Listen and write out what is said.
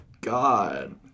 god